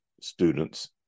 students